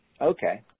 Okay